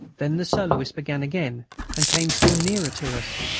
then the soloist began again and came still nearer to us.